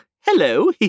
hello